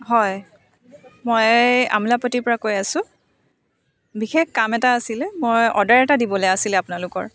হয় মই আমোলাপট্টিৰ পৰা কৈ আছোঁ বিশেষ কাম এটা আছিলে মই অৰ্ডাৰ এটা দিবলৈ আছিলে আপোনালোকৰ